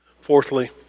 Fourthly